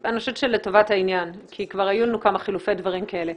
אני חושבת שלטובת העניין כי כבר היו לנו כמה חילופי דברים כאלה.